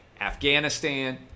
Afghanistan